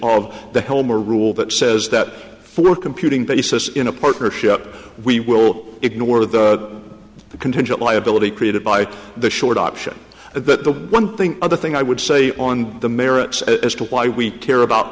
of the helmer well that says that for computing basis in a partnership we will ignore the the contingent liability created by the short option that the one thing other thing i would say on the merits as to why we care about